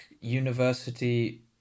university